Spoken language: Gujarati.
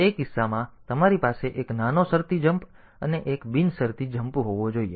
તેથી તે કિસ્સામાં તમારી પાસે એક નાનો શરતી જમ્પ અને એક બિનશરતી જમ્પ હોવો જોઈએ